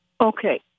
Okay